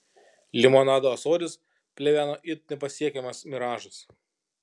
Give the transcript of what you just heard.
limonado ąsotis pleveno it nepasiekiamas miražas